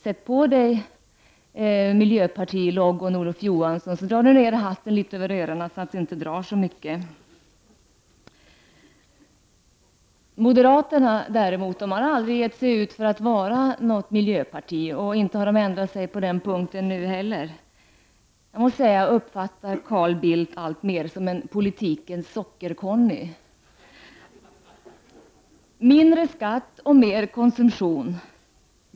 Sätt på dig miljöpartilogon, Olof Johansson, och dra ner hatten litet över öronen så att det inte drar så mycket. Moderaterna har däremot aldrig gett sig ut för att vara ett miljöparti, och inte har man ändrat sig på den punkten nu heller. Jag uppfattar Carl Bildt alltmer som en politikens Socker-Conny. Mindre skatt och mer konsumtion.